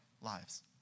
lives